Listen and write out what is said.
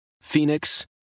Phoenix